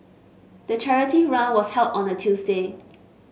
the charity run was held on a Tuesday